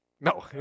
no